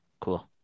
Cool